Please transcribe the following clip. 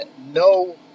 no